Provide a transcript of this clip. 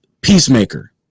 peacemaker